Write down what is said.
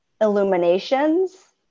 Illuminations